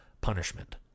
punishment